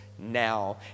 now